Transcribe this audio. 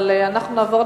אבל אנחנו נעבור,